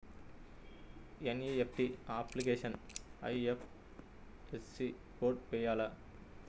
NEFT అప్లికేషన్లో IFSC code వేయాలా?